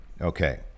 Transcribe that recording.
Okay